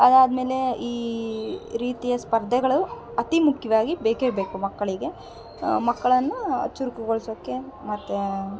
ಅದಾದ್ಮೇಲೆ ಈ ರೀತಿಯ ಸ್ಪರ್ಧೆಗಳು ಅತೀ ಮುಖ್ಯವಾಗಿ ಬೇಕೇ ಬೇಕು ಮಕ್ಕಳಿಗೆ ಮಕ್ಳನ್ನು ಚುರ್ಕುಗೊಳ್ಸೋಕೆ ಮತ್ತು